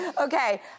Okay